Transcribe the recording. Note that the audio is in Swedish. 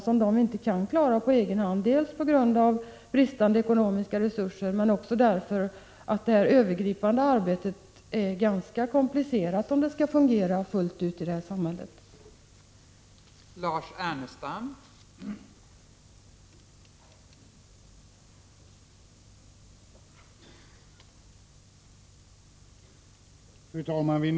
Den uppgiften kan kommunerna inte klara på egen hand dels därför att man har bristande ekonomiska resurser, dels därför att ett sådant här övergripande arbete blir en ganska komplicerad uppgift om det hela skall fungera fullt ut.